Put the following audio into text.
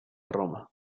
roma